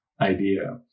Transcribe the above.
idea